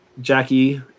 Jackie